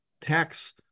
tax